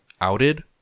outed